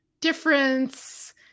difference